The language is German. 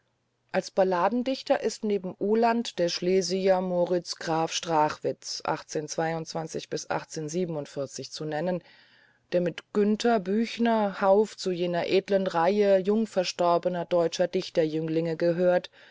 als balladendichter ist neben uhland der schlesier moritz graf sprach zu nennen der mit günther büchner hauff zu jener edlen reihe jung verstorbener deutscher dichterjünglinge gehört